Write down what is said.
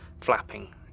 flapping